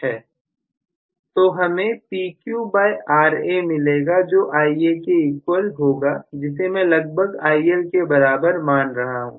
तो हमें PQRa मिलेगा जो Ia के इक्वल होगा जिसे मैं लगभग IL के बराबर मान रहा हूं